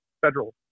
federal